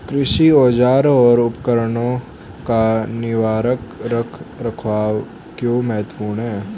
कृषि औजारों और उपकरणों का निवारक रख रखाव क्यों महत्वपूर्ण है?